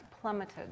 plummeted